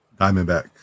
Diamondback